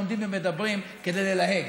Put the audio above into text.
עומדים ומדברים כדי ללהג,